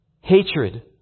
Hatred